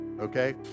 okay